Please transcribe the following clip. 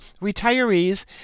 retirees